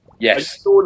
Yes